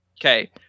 Okay